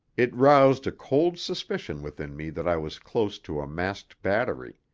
it roused a cold suspicion within me that i was close to a masked battery.